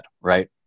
right